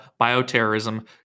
bioterrorism